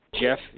Jeff